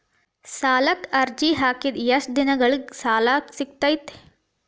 ಸಾಲಕ್ಕ ಅರ್ಜಿ ಹಾಕಿದ್ ಎಷ್ಟ ದಿನದೊಳಗ ಸಾಲ ಸಿಗತೈತ್ರಿ?